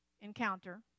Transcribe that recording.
encounter